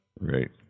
Right